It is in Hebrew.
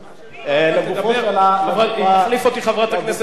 תחליף אותי חברת הכנסת אבקסיס, והיא תחליט.